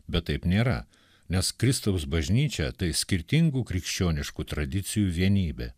bet taip nėra nes kristaus bažnyčia tai skirtingų krikščioniškų tradicijų vienybė